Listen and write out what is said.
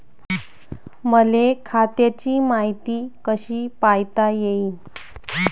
मले खात्याची मायती कशी पायता येईन?